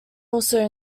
also